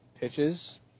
pitches